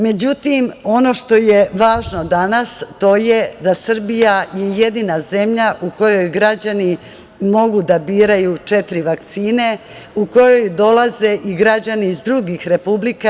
Međutim, ono što je važno danas, to je da je Srbija jedina zemlja u kojoj građani mogu da biraju četiri vakcine u kojoj dolaze i građani iz drugih republika.